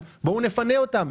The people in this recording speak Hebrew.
אז בואו נפנה אותם.